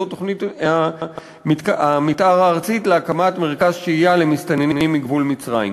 שזו תוכנית המתאר הארצית להקמת מרכז שהייה למסתננים מגבול מצרים.